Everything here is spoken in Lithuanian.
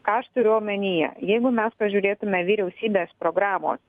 ką aš turiu omenyje jeigu mes pažiūrėtume vyriausybės programos